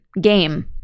Game